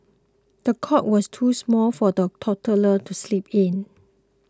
the cot was too small for the toddler to sleep in